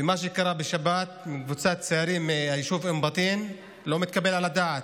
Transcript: מה שקרה בשבת עם קבוצת צעירים מהיישוב אום בטין לא מתקבל על הדעת,